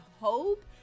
hope